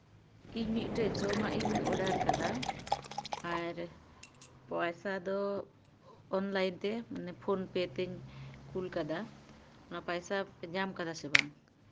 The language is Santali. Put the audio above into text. ᱤᱧ ᱢᱤᱫᱴᱮᱡ ᱡᱚᱢᱟᱜ ᱤᱧ ᱚᱰᱟᱨ ᱠᱟᱫᱟ ᱟᱨ ᱯᱚᱭᱥᱟ ᱫᱚ ᱚᱱᱞᱟᱭᱤᱱ ᱛᱮ ᱢᱟᱱᱮ ᱯᱷᱳᱱ ᱯᱮ ᱛᱤᱧ ᱠᱩᱞ ᱠᱟᱫᱟ ᱚᱱᱟ ᱯᱚᱭᱥᱟ ᱯᱮ ᱧᱟᱢ ᱠᱟᱫᱟ ᱥᱮ ᱵᱟᱝ